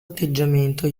atteggiamento